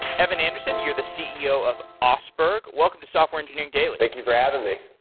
evan anderson, you're the ceo of ah oseberg. welcome to software engineering daily. thank you for having me.